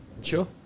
sure